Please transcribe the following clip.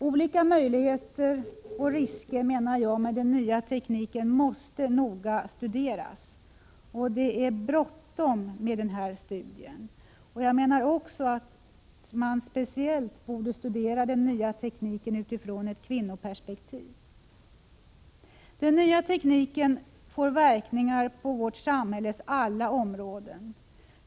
Olika möjligheter och risker med den nya tekniken måste noga studeras, och det är bråttom med denna studie. Speciellt borde den nya tekniken studeras utifrån ett kvinnoperspektiv. Den nya tekniken får verkningar på vårt samhälles alla områden.